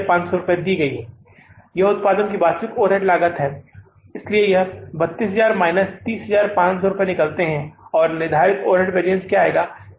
यह उत्पादन की वास्तविक निश्चित ओवरहेड लागत है इसलिए यह 32000 माइनस 30500 रुपये के रूप में निकलते है और निर्धारित ओवरहेड वैरिअन्स क्या आया है